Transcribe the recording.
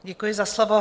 Děkuji za slovo.